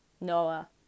Noah